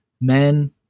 men